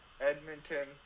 Edmonton